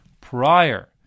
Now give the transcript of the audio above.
prior